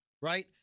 right